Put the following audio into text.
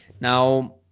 Now